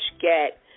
get